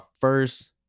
first